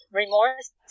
remorse